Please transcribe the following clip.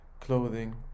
clothing